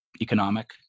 economic